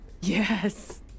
Yes